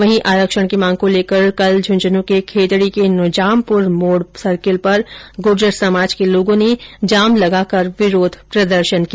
वहीं आरक्षण की मांग को लेकर कल झुंझुनूं के खेतड़ी के निजामपुर मोड़ सर्किल पर गुर्जर समाज के लोगों ने जाम लगाकर विरोध प्रदर्शन किया